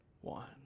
one